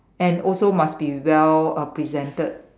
and also must be well uh presented